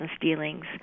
dealings